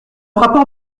rapport